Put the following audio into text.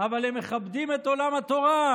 אבל הם מכבדים את עולם התורה.